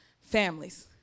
families